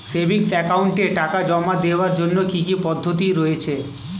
Savings একাউন্টে টাকা জমা দেওয়ার জন্য কি কি পদ্ধতি রয়েছে?